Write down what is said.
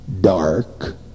dark